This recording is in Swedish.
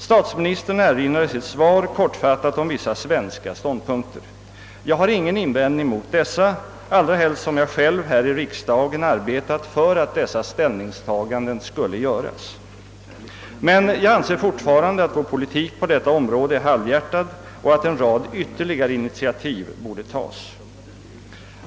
Statsministern erinrar i sitt svar kortfattat om vissa svenska ståndpunkter, och jag har ingen invändning mot dem, allra helst som jag själv här i riksdagen har arbetat på att dessa ställningstaganden skulle göras. Men jag anser fortfarande att vår politik på detta område är halvhjärtad och att en rad ytterligare initiativ borde tagas.